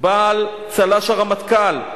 בעל צל"ש הרמטכ"ל,